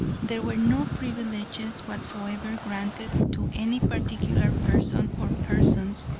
there were no privileges whatsoever granted to any particular person or persons,